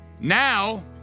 now